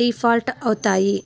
default అవుతాయి